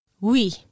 Oui